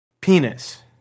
penis